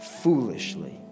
foolishly